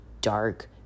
dark